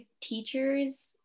teachers